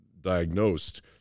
diagnosed